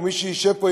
או מי שישב פה,